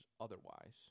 otherwise